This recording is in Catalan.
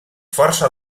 força